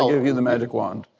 i give you the magic wand.